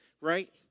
right